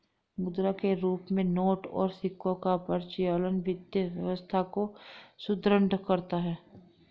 मुद्रा के रूप में नोट और सिक्कों का परिचालन वित्तीय व्यवस्था को सुदृढ़ करता है